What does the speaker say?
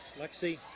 Lexi